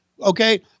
Okay